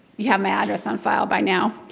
you have my address on file by now.